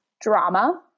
drama